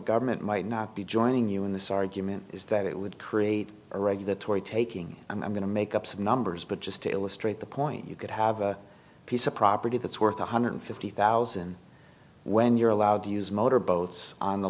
government might not be joining you in this argument is that it would create a regulatory taking and i'm going to make up some numbers but just to illustrate the point you could have a piece of property that's worth one hundred fifty thousand when you're allowed to use motorboats on the